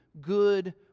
good